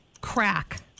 crack